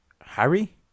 Harry